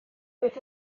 beth